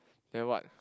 then what